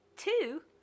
Two